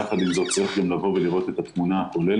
יחד עם זה צריך גם לבוא ולראות את התמונה הכוללת.